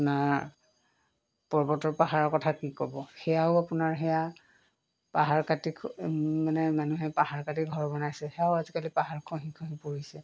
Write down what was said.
আপোনাৰ পৰ্বতৰ পাহাৰৰ কথা কি ক'ব সেয়াও আপোনাৰ সেয়া পাহাৰ কাটি মানে মানুহে পাহাৰ কাটি ঘৰ বনাইছে সেয়াও আজিকালি পাহাৰ খহি খহি পৰিছে